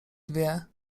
dwie